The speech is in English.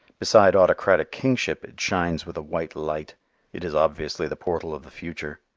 beside autocratic kingship it shines with a white light it is obviously the portal of the future.